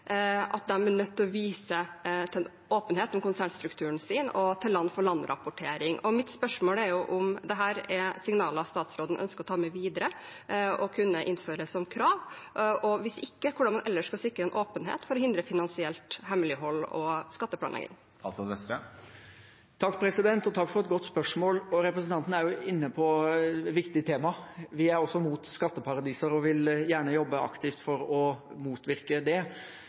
er nødt til å vise åpenhet om konsernstrukturen sin og til land-for-land-rapportering. Mitt spørsmål er om dette er signaler statsråden ønsker å ta med videre og kunne innføre som krav, og hvis ikke: Hvordan kan man ellers sikre en åpenhet for å hindre finansielt hemmelighold og skatteplanlegging? Takk for et godt spørsmål. Representanten er inne på viktige temaer. Vi er også mot skatteparadiser og vil gjerne jobbe aktivt for å motvirke det.